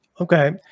Okay